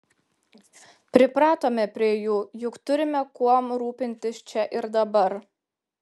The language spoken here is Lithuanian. pripratome prie jų juk turime kuom rūpintis čia ir dabar